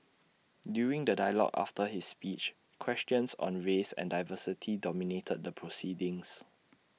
during the dialogue after his speech questions on race and diversity dominated the proceedings